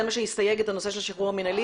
זה מה שיסייג את הנושא של השחרור המינהלי